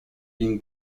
been